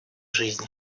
жизни